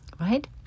right